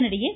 இதனிடையே